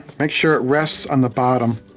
make sure it rests on the bottom.